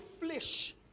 flesh